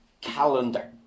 calendar